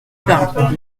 bains